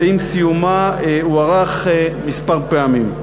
ועם סיומה הוא הוארך מספר פעמים.